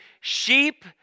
sheep